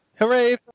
hooray